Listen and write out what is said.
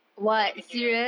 tak ada kerja ah